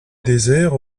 désert